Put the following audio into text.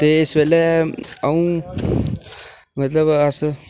ते इस बेल्लै अं'ऊ मतलब अस